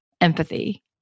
empathy